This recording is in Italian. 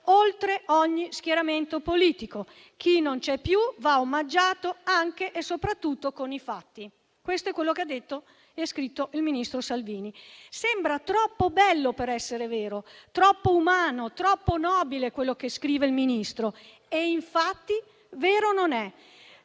oltre ogni schieramento politico. Chi non c'è più va omaggiato anche e soprattutto con i fatti». Questo è quello che ha scritto il ministro Salvini. Sembra troppo bello per essere vero, troppo umano, troppo nobile, quello che scrive il Ministro. Infatti vero non è,